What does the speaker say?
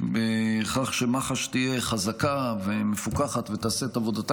בכך שמח"ש תהיה חזקה ומפוקחת ותעשה את עבודתה